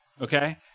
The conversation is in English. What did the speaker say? Okay